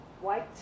white